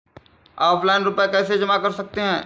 Offline रुपये कैसे जमा कर सकते हैं?